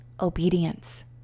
obedience